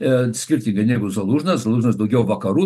skirtingai negu zalužnas zalužnas daugiau vakarų